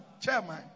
Chairman